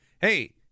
Hey